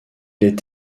est